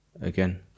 again